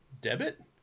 debit